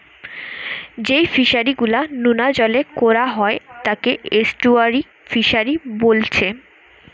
যেই ফিশারি গুলা নোনা জলে কোরা হয় তাকে এস্টুয়ারই ফিসারী বোলছে